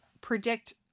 predict